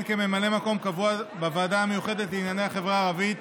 כממלא מקום קבוע בוועדה המיוחדת בענייני החברה הערבית